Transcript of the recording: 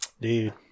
Dude